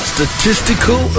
Statistical